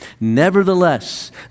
Nevertheless